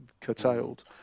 curtailed